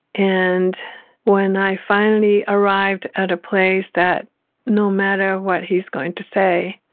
and when i finally arrived at a place that no matter what he's going to say,